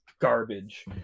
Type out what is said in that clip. garbage